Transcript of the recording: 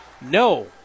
No